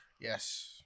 Yes